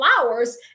flowers